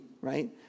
right